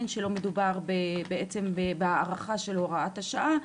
שלא מצובר בעצם בהארכה של הוראת השעה,